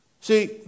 See